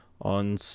on